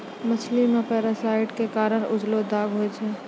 मछली मे पारासाइट क कारण उजलो दाग होय छै